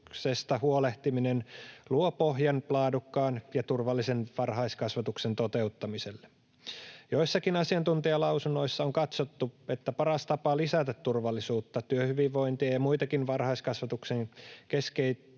huolehtiminen luo pohjan laadukkaan ja turvallisen varhaiskasvatuksen toteuttamiselle. Joissakin asiantuntijalausunnoissa on katsottu, että paras tapa lisätä turvallisuutta, työhyvinvointia ja muitakin varhaiskasvatuksen keskeisiä